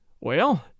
Well